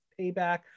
payback